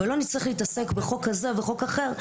ולא נצטרך להתעסק בחוק כזה ובחוק אחר,